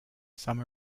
some